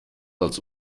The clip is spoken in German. als